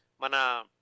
mana